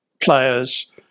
players